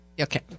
Okay